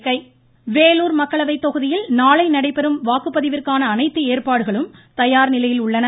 தேர்தல் வேலூர் மக்களவை தொகுதியில் நாளை நடைபெறும் வாக்குப்பதிவிற்கான அனைத்து ஏற்பாடுகளும் தயார் நிலையில் உள்ளன